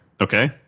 Okay